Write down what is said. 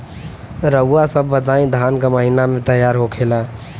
रउआ सभ बताई धान क महीना में तैयार होखेला?